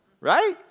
right